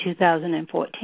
2014